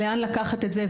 לאן לקחת את זה?